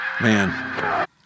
Man